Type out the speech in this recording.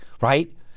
right